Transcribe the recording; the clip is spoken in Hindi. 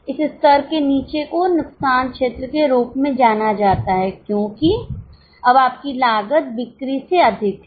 इस स्तर से नीचे को नुकसान क्षेत्र के रूप में जाना जाता है क्योंकि अब आपकी लागत बिक्री से अधिक है